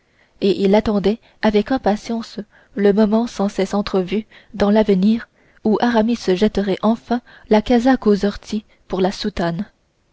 et il attendait avec impatience le moment sans cesse entrevu dans l'avenir où aramis jetterait enfin la casaque aux orties pour prendre la soutane